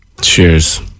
Cheers